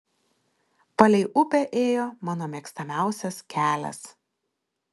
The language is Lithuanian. palei upę ėjo mano mėgstamiausias kelias